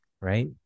right